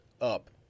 up